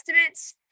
estimates